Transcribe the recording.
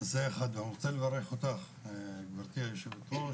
אני רוצה לברך אותך גברתי היושבת-ראש,